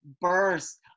burst